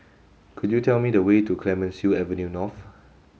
could you tell me the way to Clemenceau Avenue North